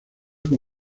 con